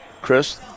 Chris